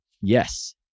Yes